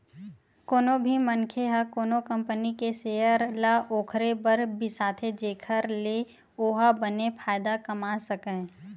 कोनो भी मनखे ह कोनो कंपनी के सेयर ल ओखरे बर बिसाथे जेखर ले ओहा बने फायदा कमा सकय